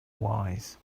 wise